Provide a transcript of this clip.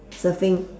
surfing